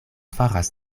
faras